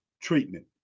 treatment